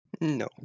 No